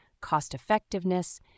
cost-effectiveness